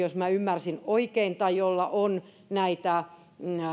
jos minä ymmärsin oikein tai joilla on näitä